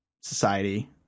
society